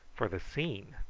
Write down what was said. for the scene,